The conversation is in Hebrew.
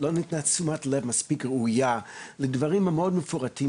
שלא ניתנה תשומת לב מספיק ראויה לדברים המאוד מפורטים